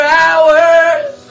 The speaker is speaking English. hours